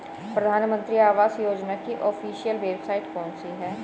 प्रधानमंत्री आवास योजना की ऑफिशियल वेबसाइट कौन सी है?